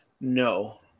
No